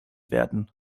werden